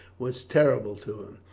was terrible to him.